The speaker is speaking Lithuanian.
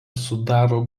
sudaro